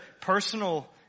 personal